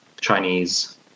Chinese